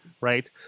right